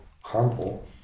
harmful